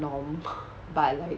norm but like